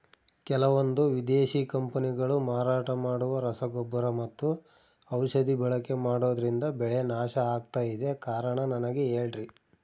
ಕೆಲವಂದು ವಿದೇಶಿ ಕಂಪನಿಗಳು ಮಾರಾಟ ಮಾಡುವ ರಸಗೊಬ್ಬರ ಮತ್ತು ಔಷಧಿ ಬಳಕೆ ಮಾಡೋದ್ರಿಂದ ಬೆಳೆ ನಾಶ ಆಗ್ತಾಇದೆ? ಕಾರಣ ನನಗೆ ಹೇಳ್ರಿ?